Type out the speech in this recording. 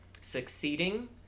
succeeding